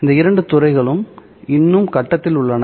இந்த இரண்டு துறைகளும் இன்னும் கட்டத்தில் உள்ளன